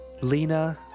Lena